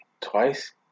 twice